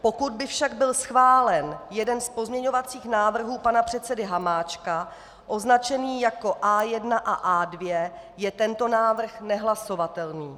Pokud by však byl schválen jeden z pozměňovacích návrhů pana předsedy Hamáčka označený jako A1 a A2, je tento návrh nehlasovatelný.